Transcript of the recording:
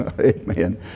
Amen